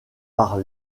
par